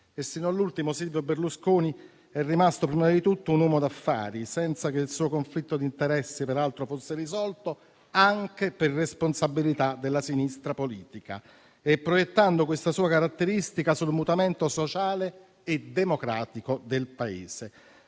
Sino all'ultimo Silvio Berlusconi è rimasto prima di tutto un uomo d'affari, senza che il suo conflitto di interessi peraltro fosse risolto anche per responsabilità della sinistra politica, proiettando questa sua caratteristica sul mutamento sociale e democratico del Paese.